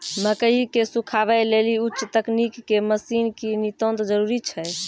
मकई के सुखावे लेली उच्च तकनीक के मसीन के नितांत जरूरी छैय?